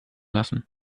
lassen